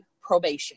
probation